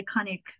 iconic